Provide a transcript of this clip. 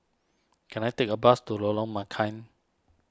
can I take a bus to Lorong